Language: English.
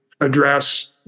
address